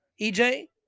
EJ